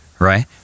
right